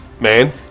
man